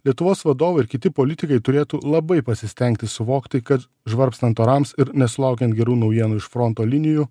lietuvos vadovai ir kiti politikai turėtų labai pasistengti suvokti kad žvarbstant orams ir nesulaukiant gerų naujienų iš fronto linijų